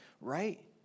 right